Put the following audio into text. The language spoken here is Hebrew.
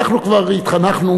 אנחנו כבר התחנכנו,